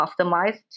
customized